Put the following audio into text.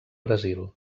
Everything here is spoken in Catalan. brasil